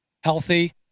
healthy